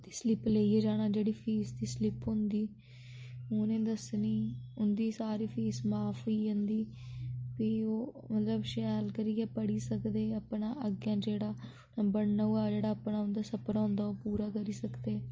ते स्लिप लेइयै जाना जेह्ड़ी फीस दी स्लिप होंदी उनें दस्सनी उं'दी सारी फीस माफ होई जंदी फ्ही ओह् मतलब शैल करियै पढ़ी सकदे अपना अग्गें जेह्ड़ा बनना होऐ जेह्ड़ा अपना उं'दा सपना होंदा ओह् पूरा करी सकदे